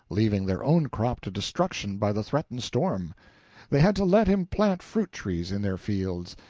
leaving their own crop to destruction by the threatened storm they had to let him plant fruit trees in their fields,